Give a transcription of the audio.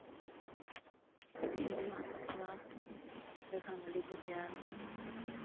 ᱡᱚᱢᱟᱜ ᱮᱢᱟ ᱠᱚᱣᱟ ᱤᱱᱟᱹ ᱠᱷᱟᱱ ᱵᱷᱟᱹᱞᱤ ᱠᱚ ᱛᱮᱭᱟᱨᱚᱜᱼᱟ